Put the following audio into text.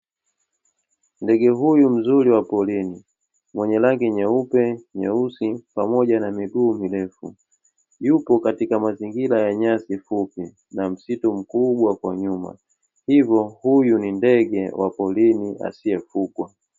Ndege huyu mzuri wa porini mwenye rangi nyeupe, nyeusi pamoja na miguu mirefu. Yupo katika mazingira ya nyasi fupi na msitu mkubwa kwa nyuma, hivyo huyu ni ndege wa porini asiye fugwa.